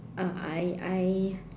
uh I I